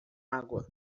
água